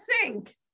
sink